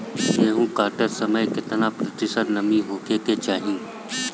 गेहूँ काटत समय केतना प्रतिशत नमी होखे के चाहीं?